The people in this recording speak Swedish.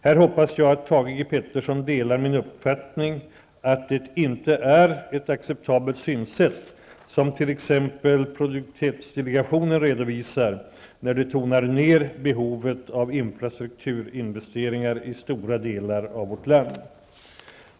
Här hoppas jag att Thage G Peterson delar min uppfattning att det inte är ett acceptabelt synsätt som t.ex. produktivitetsdelegationen redovisar när de tonar ner behovet av infrastrukturinvesteringar i stora delar av vårt land.